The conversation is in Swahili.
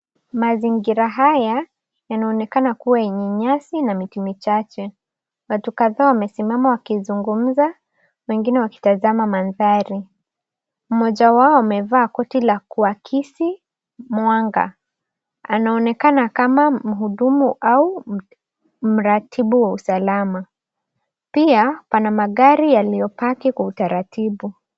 Mazingira haya yanaonekana kuwa yenye nyasi na miti michache. Watu kadhaa wamesimama wakizungumza wengine wakitazama mandhari. Mmoja wao amevaa koti la kuakisi mwanga. Anaonekana kama mhudumu au mratibu wa usalama. Pia pana magari yaliyopaki kwa utaratibu.